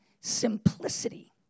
simplicity